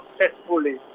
successfully